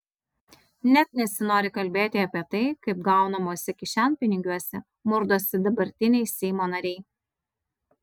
net nesinori kalbėti apie tai kaip gaunamuose kišenpinigiuose murdosi dabartiniai seimo nariai